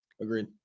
Agreed